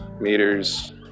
meters